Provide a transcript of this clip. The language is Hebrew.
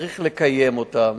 וצריך לקיים אותם,